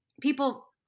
people